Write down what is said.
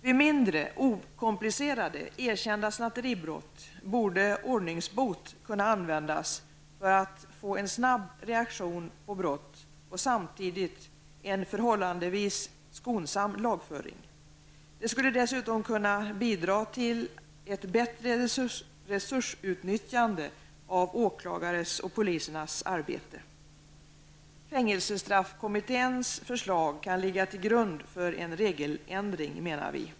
Vid mindre, okomplicerade, erkända snatteribrott borde ordningsbot kunna användas för att få en snabb reaktion på brott och samtidigt en förhållandevis skonsam lagföring. Det skulle dessutom kunna bidra till ett bättre resursutnyttjande av åklagarnas och polisernas arbete. Fängelsestraffkommitténs förslag kan ligga till grund för en regeländring, menar vi.